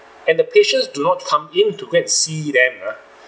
and the patients do not come in to go and see them uh